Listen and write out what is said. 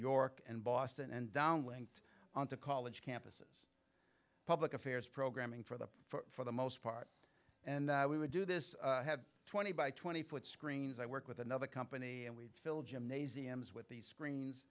york and boston and downlinked on to college campuses public affairs programming for the for the most part and we would do this twenty by twenty foot screens i work with another company and we'd fill gymnasiums with the screens